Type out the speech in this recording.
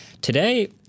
Today